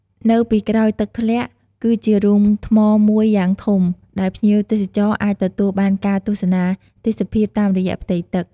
នៅពីក្រោយទឹកធ្លាក់គឺជារូងថ្មមួយយ៉ាងធំដែលភ្ញៀវទេសចរអាចទទួលបានការទស្សនាទេសភាពតាមរយៈផ្ទៃទឹក។